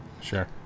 Sure